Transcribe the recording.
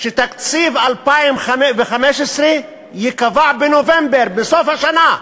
שתקציב 2015 ייקבע בנובמבר, בסוף השנה.